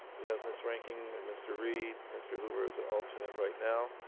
we have miss reinking and mr. reid, mr. hoover's an alternate right now.